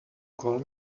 call